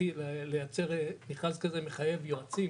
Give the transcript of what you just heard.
לייצר מכרז כזה מחייב יועצים